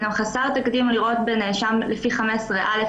זה גם חסר תקדים לראות בנאשם לפי 15(א),